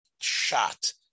shot